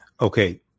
Okay